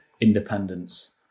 independence